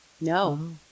no